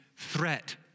Threat